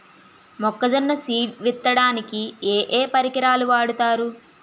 మొక్కజొన్న సీడ్ విత్తడానికి ఏ ఏ పరికరాలు వాడతారు?